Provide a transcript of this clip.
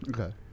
Okay